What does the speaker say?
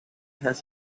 has